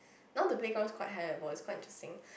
now the playgrounds quite high level it's quite interesting